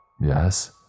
Yes